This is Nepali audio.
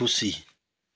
खुसी